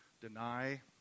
deny